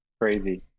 Crazy